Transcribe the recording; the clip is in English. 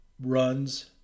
runs